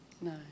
No